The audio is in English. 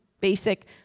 basic